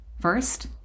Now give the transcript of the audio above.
First